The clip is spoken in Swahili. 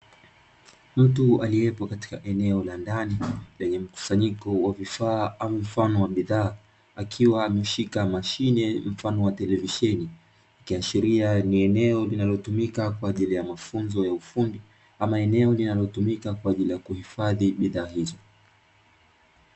Mtu aliyepo katika eneo la ndani lenye mkusanyiko wa vifaa ama mfano wa bidhaa akiwa ameshika mashine mfano wa televisheni, ikiashiria ni eneo linalotumika kwa ajili ya mafunzo ya ufundi ama eneo linalotumika kwa ajili ya kuhifadhi wa bidhaa hizo.